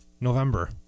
November